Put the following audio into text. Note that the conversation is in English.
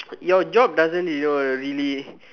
your job doesn't your really